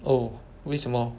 oh 为什么